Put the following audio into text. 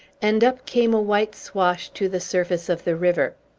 and up came a white swash to the surface of the river.